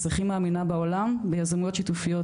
הכי מאמינה בעולם ביזמות שיתופיות,